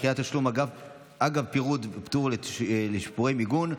דחיית תשלום אגב פירוד ופטור לשיפורי מיגון),